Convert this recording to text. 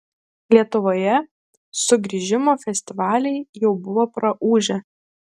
lietuvoje sugrįžimo festivaliai jau buvo praūžę